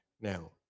now